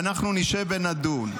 ואנחנו נשב ונדון.